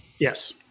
Yes